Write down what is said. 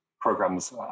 programs